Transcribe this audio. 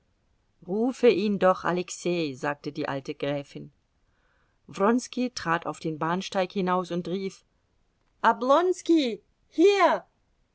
rufe ihn doch alexei sagte die alte gräfin wronski trat auf den bahnsteig hinaus und rief oblonski hier